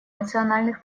национальных